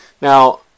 Now